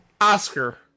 Oscar